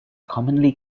commonly